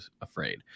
afraid